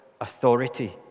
authority